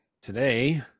Today